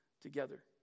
together